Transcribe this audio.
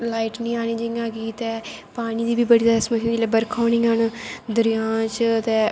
light नी आनी जियां कि ते पानी दी बी बड़ी जादा समस्या जिसलै बरखां होनियां न दरियां च ते